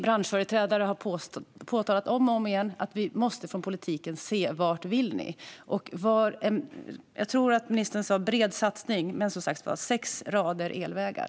Branschföreträdare har om och om igen påpekat att vi från politikens sida måste säga vart vi vill. Jag tror att ministern sa "bred satsning", men ändå är det bara sex rader om elvägar.